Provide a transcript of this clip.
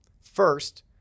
First